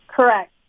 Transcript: Correct